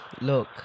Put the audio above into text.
look